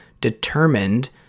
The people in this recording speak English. determined